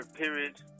period